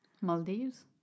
Maldives